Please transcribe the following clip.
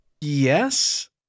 Yes